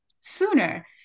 sooner